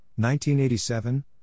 1987